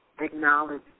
acknowledge